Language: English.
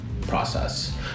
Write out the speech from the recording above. process